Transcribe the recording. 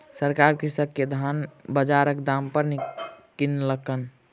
सरकार कृषक के धान बजारक दाम पर किनलक